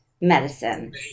medicine